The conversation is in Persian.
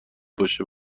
باشه